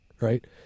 right